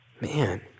man